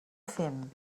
fem